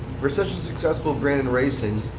for such a successful brand in racing,